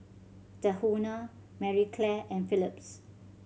Tahuna Marie Claire and Philips